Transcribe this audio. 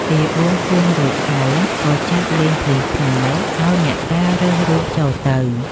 គេបូងសួងរួចហើយ ក៏ចាប់លេងភ្លេងខ្មែរ ឲ្យអ្នកតារើសរូបចូលទៅ ។